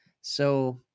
So-